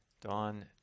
Don